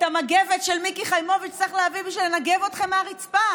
את המגבת של מיקי חיימוביץ' צריך להביא בשביל לנגב אתכם מהרצפה.